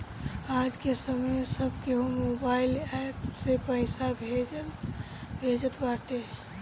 आजके समय में सब केहू मोबाइल एप्प से पईसा भेजत बाटे